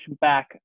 back